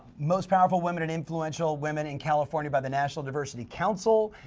most powerful women and influential women in california by the national diversity counsel,